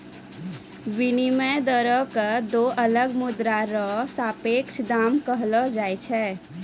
विनिमय दरो क दो अलग मुद्रा र सापेक्ष दाम कहलो जाय छै